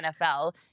NFL